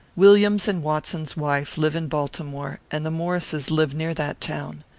williams and watson's wife live in baltimore, and the maurices live near that town.